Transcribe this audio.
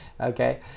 Okay